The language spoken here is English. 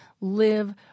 live